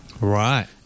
Right